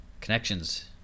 connections